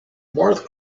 more